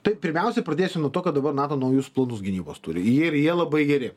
tai pirmiausia pradėsiu nuo to kad dabar nato naujus planus gynybos turi ir jie labai geri